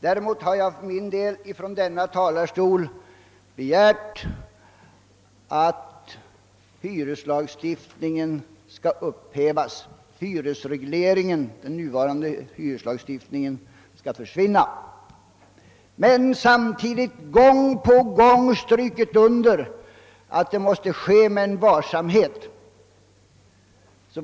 Däremot har jag i denna talarstol begärt att den nuvarande hyresregleringen skall försvinna. Samtidigt har jag gång på gång strukit under att detta måste ske med varsamhet.